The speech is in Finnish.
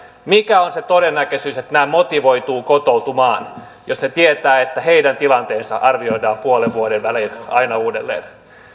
mikä on se todennäköisyys että nämä motivoituvat kotoutumaan jos he tietävät että heidän tilanteensa arvioidaan puolen vuoden välein aina uudelleen